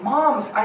Moms